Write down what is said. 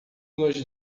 nos